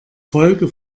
folge